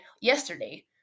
yesterday